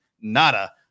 nada